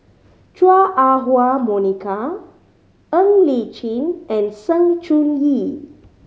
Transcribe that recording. Chua Ah Huwa Monica Ng Li Chin and Sng Choon Yee